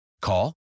Call